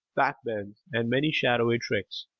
back-bends and many showy tricks,